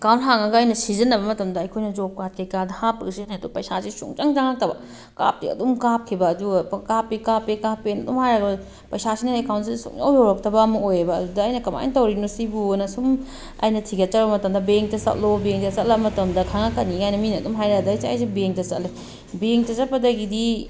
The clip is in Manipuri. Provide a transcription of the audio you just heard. ꯑꯦꯛꯀꯥꯎꯟ ꯍꯥꯡꯉꯒ ꯑꯩꯅ ꯁꯤꯖꯤꯟꯅꯕ ꯃꯇꯝꯗ ꯑꯩꯈꯣꯏꯅ ꯖꯣꯞ ꯀꯥꯗ ꯀꯩꯀꯥꯗ ꯍꯥꯞꯄꯒ ꯁꯤꯖꯤꯟꯅꯩ ꯑꯗꯨ ꯄꯩꯁꯥꯁꯦ ꯁꯨꯡꯆꯪ ꯆꯪꯉꯛꯇꯕ ꯀꯥꯞꯇꯤ ꯑꯗꯨꯝ ꯀꯥꯞꯈꯤꯕ ꯑꯗꯨꯒ ꯄꯪꯀꯥꯞ ꯀꯥꯞꯄꯦ ꯀꯥꯞꯄꯦ ꯀꯥꯞꯄꯦꯅ ꯑꯗꯨꯝ ꯍꯥꯏꯔꯒ ꯄꯩꯁꯥꯁꯤꯅ ꯑꯦꯛꯀꯥꯎꯟꯗ ꯁꯨꯡꯌꯧ ꯌꯧꯔꯛꯇꯕ ꯑꯃ ꯑꯣꯏꯑꯦꯕ ꯑꯗꯨꯗ ꯑꯩꯅ ꯀꯃꯥꯏꯅ ꯇꯧꯔꯤꯅꯣ ꯁꯤꯕꯨ ꯍꯥꯏꯅ ꯁꯨꯝ ꯑꯩꯅ ꯊꯤꯒꯠꯆꯔꯨꯕ ꯃꯇꯝꯗ ꯕꯦꯡꯗ ꯆꯠꯂꯣ ꯕꯦꯡꯗ ꯆꯠꯂ ꯃꯇꯝꯗ ꯈꯪꯉꯛꯀꯅꯤ ꯀꯥꯏꯅ ꯃꯤꯅ ꯑꯗꯨꯝ ꯍꯥꯏꯔꯛꯑꯦ ꯑꯗꯩ ꯑꯩꯁꯦ ꯕꯦꯡꯗ ꯆꯠꯂꯦ ꯕꯦꯡꯗ ꯆꯠꯄꯗꯒꯤꯗꯤ